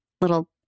Little